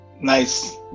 Nice